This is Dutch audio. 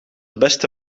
beste